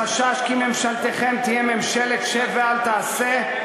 החשש כי ממשלתכם תהיה ממשלת "שב ואל תעשה",